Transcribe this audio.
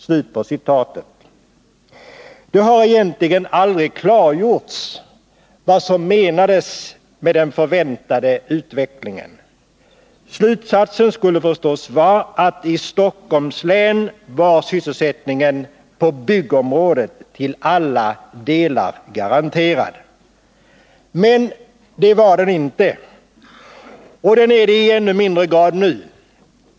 Det har egentligen aldrig klargjorts vad som menades med ”den förväntade utvecklingen”. Slutsatsen skulle förstås vara att i Stockholms län var sysselsättningen på byggområdet till alla delar garanterad. Men det var den inte. Och den är det i ännu mindre grad nu.